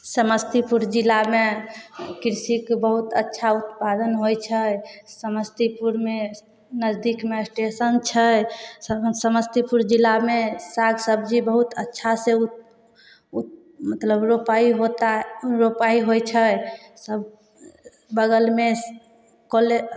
समस्तीपुर जिलामे कृषिके बहुत अच्छा उत्पादन होइ छै समस्तीपुरमे नजदीकमे स्टेशन छै समस्तीपुर जिलामे साग सब्जी बहुत अच्छासँ उत उत मतलब रोपाइ होतै रोपाइ होइ छै सब बगलमे कॉले